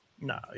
No